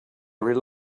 rely